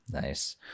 Nice